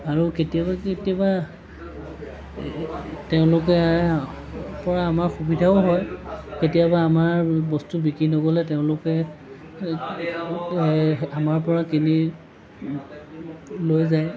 আৰু কেতিয়াবা কেতিয়াবা তেওঁলোকৰ পৰা আমাৰ সুবিধাও হয় কেতিয়াবা আমাৰ বস্তু বিক্ৰী নগ'লে তেওঁলোকে এই আমাৰ পৰা কিনি লৈ যায়